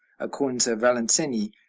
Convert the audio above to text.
according to valentini,